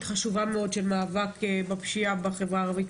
חשובה מאוד של מאבק בפשיעה בחברה הערבית,